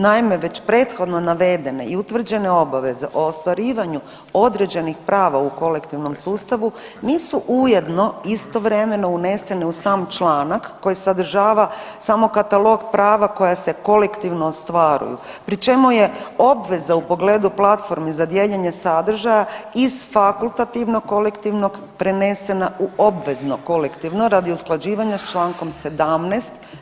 Naime, već prethodno navedene i utvrđene obaveze o ostvarivanju određenih prava u kolektivnom sustavu nisu ujedno istovremeno unesene u sam članak koji sadržava samo katalog prava koja se kolektivno ostvaruju pri čemu je obveza u pogledu platformi za dijeljenje sadržaja iz fakultativnog kolektivnog prenesena u obvezno kolektivno radi usklađivanja s čl. 17.